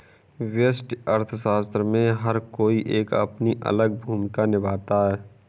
व्यष्टि अर्थशास्त्र में हर कोई एक अपनी अलग भूमिका निभाता है